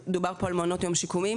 דובר פה על מעונות יום שיקומיים,